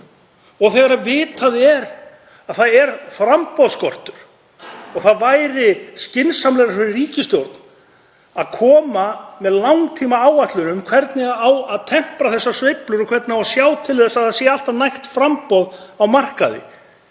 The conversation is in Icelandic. og þegar vitað er að það er framboðsskortur. Það væri skynsamlegra fyrir ríkisstjórnina að koma með langtímaáætlun um hvernig eigi að tempra þessar sveiflur og hvernig eigi að sjá til þess að það sé alltaf nægt framboð á markaði